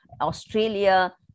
Australia